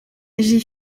j’ai